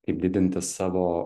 kaip didinti savo